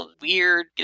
weird